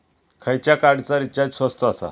खयच्या कार्डचा रिचार्ज स्वस्त आसा?